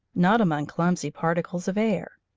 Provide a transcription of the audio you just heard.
not among clumsy particles of air.